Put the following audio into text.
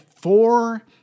four